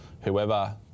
whoever